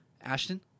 Ashton